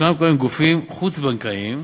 יש כיום גופים חוץ-בנקאיים,